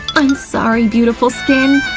i'm sorry, beautiful skin!